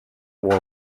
war